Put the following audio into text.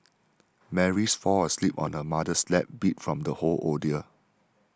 Mary fall asleep on her mother's lap beat from the whole ordeal